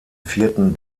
vierten